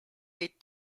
est